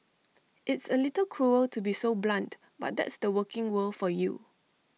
it's A little cruel to be so blunt but that's the working world for you